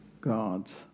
God's